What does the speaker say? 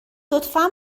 لطفا